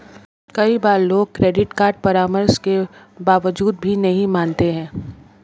कई बार लोग क्रेडिट परामर्श के बावजूद भी नहीं मानते हैं